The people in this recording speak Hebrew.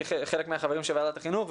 שכולם חברים בוועדת החינוך,